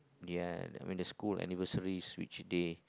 ya I mean the school anniversary switch day